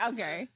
Okay